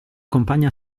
compagna